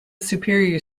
superior